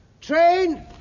Train